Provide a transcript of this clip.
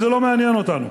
אבל זה לא מעניין אותנו.